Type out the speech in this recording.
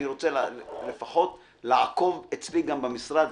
אני רוצה לפחות לעקוב אצלי במשרד.